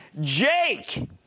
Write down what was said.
Jake